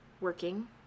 working